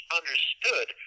understood